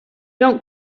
don’t